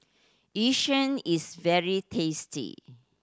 Yu Sheng is very tasty